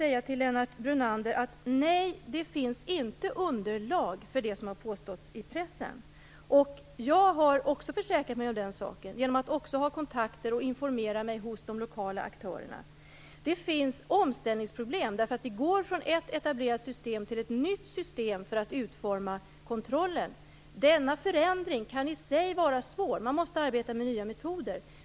Nej - det finns inte underlag för det som har påståtts i pressen, Lennart Brunander. Även jag har försäkrat mig om den saken genom kontakter med och information från de lokala aktörerna. Det finns omställningsproblem, därför att vi går från ett etablerat system till ett nytt system för att utforma kontrollen. Denna förändring kan i sig vara svår, och man måste arbeta med nya metoder.